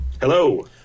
Hello